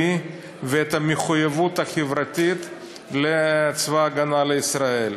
ואת המחויבות החברתית לצבא ההגנה לישראל.